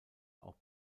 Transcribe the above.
auch